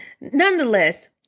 nonetheless